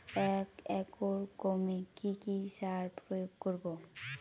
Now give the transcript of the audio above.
এক একর গমে কি কী সার প্রয়োগ করব?